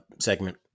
segment